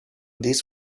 this